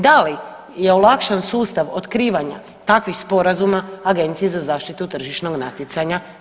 Da li je olakšan sustav otkrivanja takvih sporazuma Agencije za zaštitu tržišnog natjecanja?